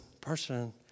person